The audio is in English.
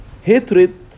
Hatred